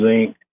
Zinc